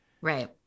Right